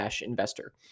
investor